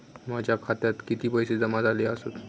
माझ्या खात्यात किती पैसे जमा झाले आसत?